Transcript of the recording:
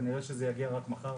כנראה שזה יגיע רק מחר,